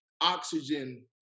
oxygen